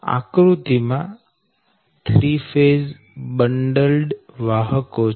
આકૃતિ માં three phase bundled વાહકો છે